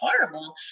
horrible